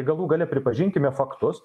galų gale pripažinkime faktus